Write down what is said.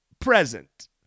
present